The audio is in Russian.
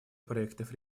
проектов